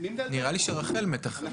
נראה לי שרח"ל מתכללת.